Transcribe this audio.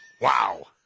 Wow